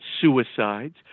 suicides